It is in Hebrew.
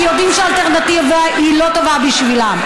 כי יודעים שהאלטרנטיבה היא לא טובה בשבילם.